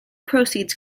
proceeds